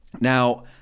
Now